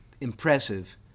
impressive